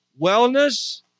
wellness